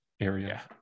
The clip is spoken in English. area